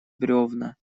бревна